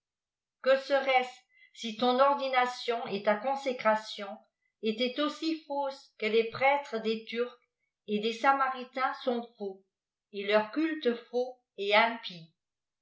que serait-ce si ton ordination et ta consécration étaient aussi fausses que les prêtres des turcs et des samaritains sont faux et leur culte faux et impie